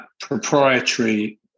proprietary